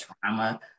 trauma